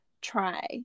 try